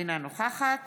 אינה נוכחת